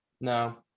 No